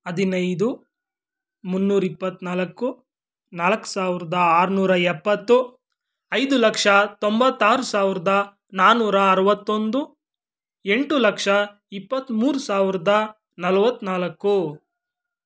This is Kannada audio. ಹದಿನೈದು ಮುನ್ನೂರು ಇಪ್ಪತ್ನಾಲ್ಕು ನಾಲ್ಕು ಸಾವಿರ್ದ ಆರುನೂರ ಎಪ್ಪತ್ತು ಐದು ಲಕ್ಷ ತೊಂಬತ್ತಾರು ಸಾವಿರ್ದ ನಾನ್ನೂರ ಅರವತ್ತೊಂದು ಎಂಟು ಲಕ್ಷ ಇಪತ್ತ್ಮೂರು ಸಾವಿರ್ದ ನಲವತ್ತ್ನಾಲ್ಕು